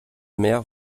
mère